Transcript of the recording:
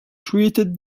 created